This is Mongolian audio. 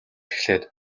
эхлээд